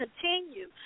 continue